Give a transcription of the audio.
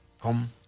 come